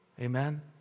Amen